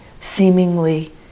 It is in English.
seemingly